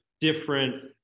different